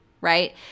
right